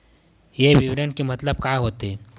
ये विवरण के मतलब का होथे?